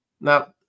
Now